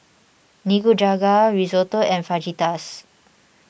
Nikujaga Risotto and Fajitas